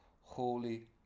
holy